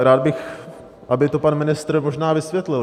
Rád bych, aby to pan ministr možná vysvětlil.